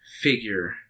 figure